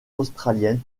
australienne